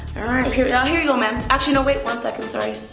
here yeah here you go, ma'am. actually no, wait one second, sorry.